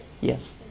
yes